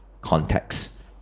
context